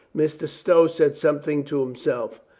mr. stow said something to himself.